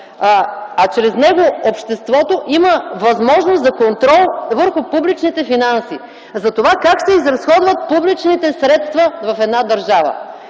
а чрез него обществото, има възможност за контрол върху публичните финанси (реплики), затова как се изразходват публичните средства в една държава.